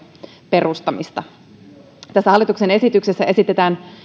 perustamista tässä hallituksen esityksessä esitetään